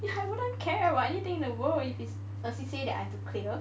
I wouldn't care about anything in the world if it's a C_C_A that I have to clear